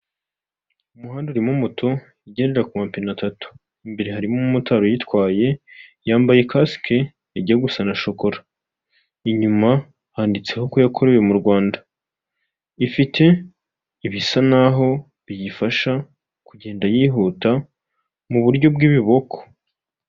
Mu buzima bw'umuntu habamo gukenera kwambara imyambaro myinshi itandukanye ndetse n'inkweto aba bagabo babiri, umwe yambaye ishati y'umweru, ipantaro y'umukara ndetse n'inkweto z'umweru undi yambaye umupira w'umukara n'ipantaro ya kacyi ndetse n'inkweto z'igitaka.